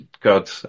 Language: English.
God